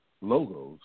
logos